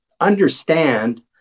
understand